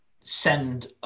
send